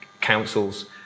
councils